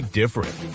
different